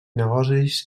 negocis